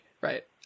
right